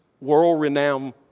world-renowned